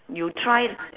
you try